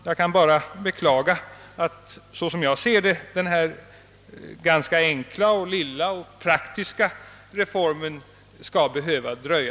Jag kan bara beklaga att — såsom jag ser det — denna ganska enkla praktiska reform skall behöva dröja.